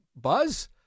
Buzz